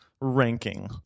ranking